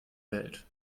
welt